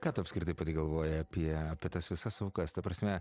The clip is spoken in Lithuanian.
ką tu apskritai apie tai galvoji apie apie tas visas aukas ta prasme